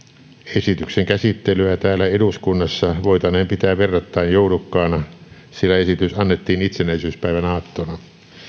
esityksen käsittelyä täällä eduskunnassa voitaneen pitää verrattain joudukkaana sillä esitys annettiin itsenäisyyspäivän aattona